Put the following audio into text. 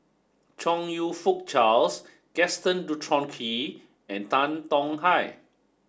Chong You Fook Charles Gaston Dutronquoy and Tan Tong Hye